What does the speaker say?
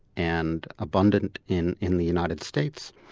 and abundant in in the united states,